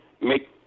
make